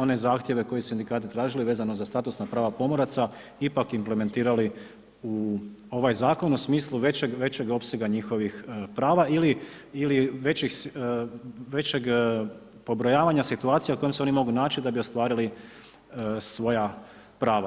one zahtjeve koji su sindikati tražili vezano za status na prava pomoraca ipak implementirali u ovaj zakon u smislu većeg opsega njihovih prava ili većeg pobrojavanja situacija u kojoj se oni mogu naći da bi ostvarili svoja prava.